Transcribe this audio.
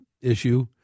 issue